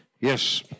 Yes